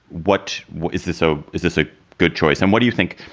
what what is this? so is this a good choice? and what do you think,